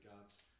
god's